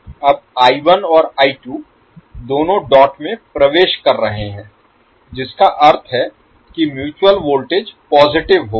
अब और दोनों डॉट में प्रवेश कर रहे हैं जिसका अर्थ है कि म्यूचुअल वोल्टेज पॉजिटिव होगा